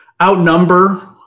outnumber